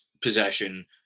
possession